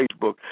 Facebook